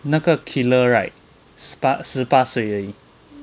那个 killer right 十八十八岁而已